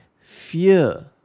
Fear